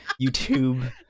YouTube